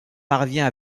parvient